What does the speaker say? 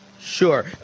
Sure